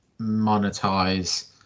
monetize